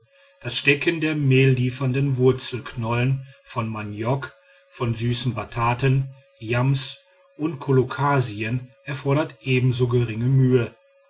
das stecken der mehl liefernden wurzelknollen von maniok von süßem bataten yams und colocasien erfordert ebenso geringe mühe